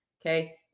Okay